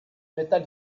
métal